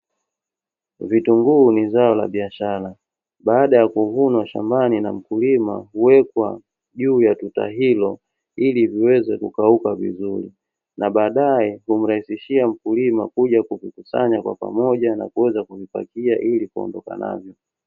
Vitunguu ni zao la biashara. Baada ya kuvunwa shambani na mkulima huwekwa juu ya tuta hilo ili viweze kukauka vizuri, na baadae humrahisishia mkulima kuja kuvikusanya kwa pamoja na kuweza kuvipakia ili kuondoka navyo.